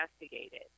investigated